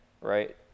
right